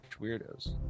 weirdos